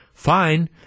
Fine